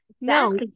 No